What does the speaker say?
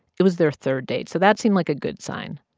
it was their third date, so that seemed like a good sign.